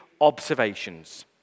observations